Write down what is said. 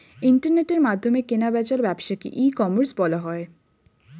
ইন্টারনেটের মাধ্যমে কেনা বেচার ব্যবসাকে ই কমার্স বলা হয়